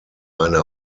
eine